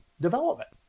development